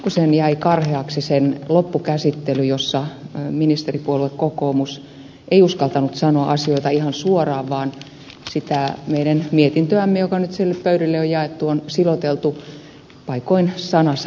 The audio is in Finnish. pikkuisen jäi karheaksi sen loppukäsittely jossa ministeripuolue kokoomus ei uskaltanut sanoa asioita ihan suoraan vaan sitä meidän mietintöämme joka nyt sinne pöydille on jaettu on siloteltu paikoin sana sanalta